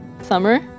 Summer